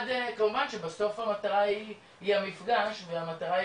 כמובן שבסוף המטרה היא המפגש והמטרה היא